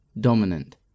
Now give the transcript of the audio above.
dominant